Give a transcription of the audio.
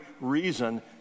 reason